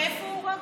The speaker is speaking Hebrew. מאיפה הוא בא?